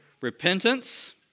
repentance